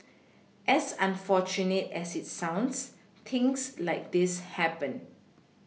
as unfortunate as it sounds things like this happen